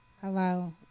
Hello